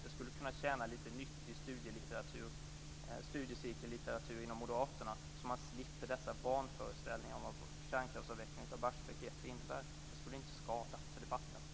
Det skulle kunna tjäna som nyttig studiecirkellitteratur inom moderaterna, så att man slapp dessa vanföreställningar om vad kärnkraftsavvecklingen vid Barsebäck 1 innebär. Det skulle inte skada debatten.